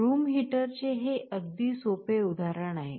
room हीटरचे हे अगदी सोपे उदाहरण आहे